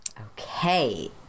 okay